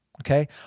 okay